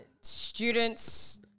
students